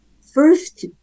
First